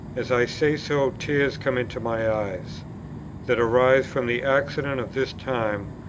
as i say so, tears come into my eyes that arises from the accident of this time,